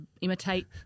imitate